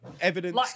evidence